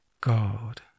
God